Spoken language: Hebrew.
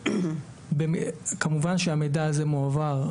כמובן שהמידע הזה מועבר,